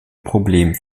problem